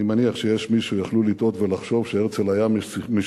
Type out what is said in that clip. אני מניח שיש מי שהיו יכולים לטעות ולחשוב שהרצל היה משיחי,